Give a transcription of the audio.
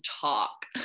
talk